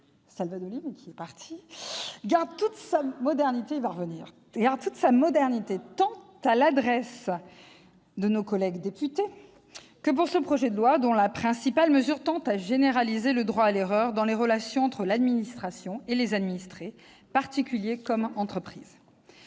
Savoldelli -garde toute sa modernité tant à l'adresse de nos collègues députés que pour ce qui concerne ce projet de loi, dont la principale mesure tend à généraliser le droit à l'erreur dans les relations entre l'administration et les administrés, particuliers comme entreprises.